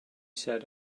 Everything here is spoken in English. said